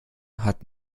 hat